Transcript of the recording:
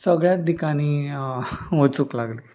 सगळ्यात दिकांनी वचूंक लागली